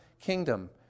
kingdom